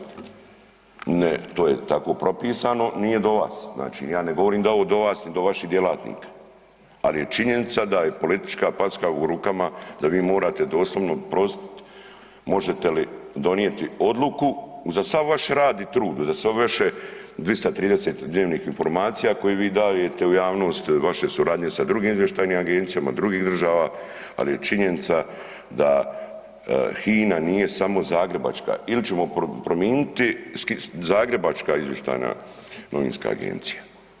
Ne, to je tako propisano, nije do vas, znači ja ne govorim da je ovo do vas ni do vaših djelatnika, ali je činjenica da je politička packa u rukama da vi morate doslovno posit možete li donijeti odluku uza sav vaš rad i trud, uza sve vaše 230 dnevnih informacija koje vi dajete u javnost, vaše suradnje s drugim izvještajnim agencijama, drugih država, ali je činjenica da HINA nije samo zagrebačka, ili ćemo prominiti zagrebačka izvještajna novinska agencija.